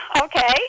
okay